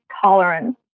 tolerance